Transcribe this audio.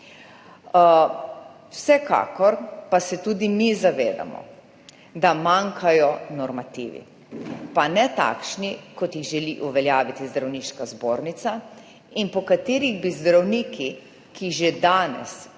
Vsekakor pa se tudi mi zavedamo, da manjkajo normativi. Pa ne takšni, kot jih želi uveljaviti Zdravniška zbornica in po katerih bi zdravniki, ki že danes